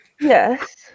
Yes